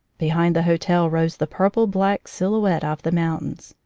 behind the hotel rose the purple-black silhouette of the mountains,